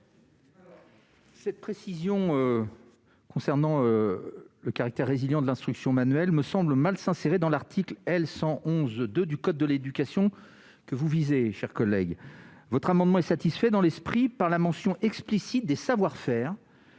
Cette précision relative au caractère résilient de l'instruction manuelle me paraît mal s'insérer dans l'article L. 111-2 du code de l'éducation, que vous visez, ma chère collègue. Par ailleurs, votre amendement est satisfait, dans son esprit, par la mention explicite des savoir-faire,